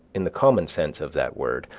in the common sense of that word,